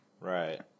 right